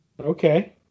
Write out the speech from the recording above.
Okay